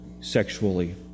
sexually